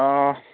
हां